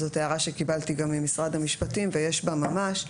זאת הערה שקיבלתי גם ממשרד המשפטים ויש בה ממש.